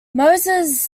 moses